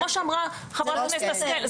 כמו שאמרה חברת הכנסת השכל,